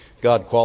God